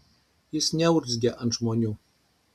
jis neurzgia ant žmonių